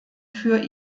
für